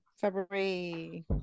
February